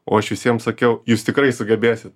o aš visiem sakiau jūs tikrai sugebėsit